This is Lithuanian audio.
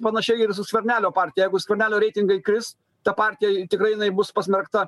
panašiai ir su skvernelio partija jeigu skvernelio reitingai kris ta partija tikrai jinai bus pasmerkta